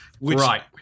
right